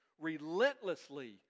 relentlessly